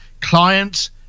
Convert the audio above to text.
clients